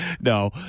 no